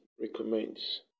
recommends